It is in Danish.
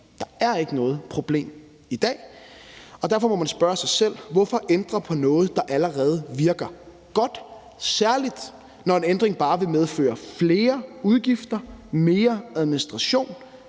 Der er ikke noget problem i dag, og derfor må man spørge sig selv: Hvorfor ændre på noget, der allerede virker godt, særlig når en ændring bare vil medføre flere udgifter, mere administration